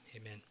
Amen